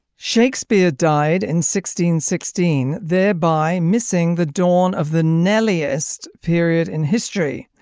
shakespeare died in sixteen sixteen thereby missing the dawn of the nelly est period in history.